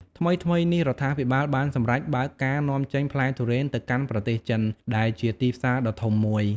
ថ្មីៗនេះ រដ្ឋាភិបាលបានសម្រេចបើកការនាំចេញផ្លែទុរេនទៅកាន់ប្រទេសចិន ដែលជាទីផ្សារដ៏ធំមួយ។